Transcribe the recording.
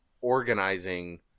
organizing